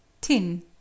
tin